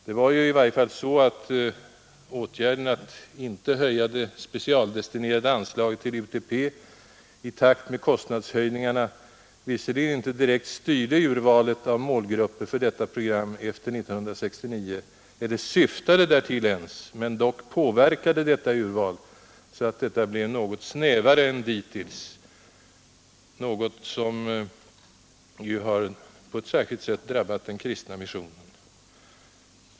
Det var i alla fall så att åtgärden att inte höja det specialdestinerade anslaget till UTP i takt med kostnadshöjningarna visserligen inte direkt styrde urvalet av målgrupper för detta program efter 1969 — eller ens syftade därtill — men dock påverkade detta urval så, att det blev något snävare än dittills, vilket i sin tur på ett särskilt sätt drabbade den kristna missionen.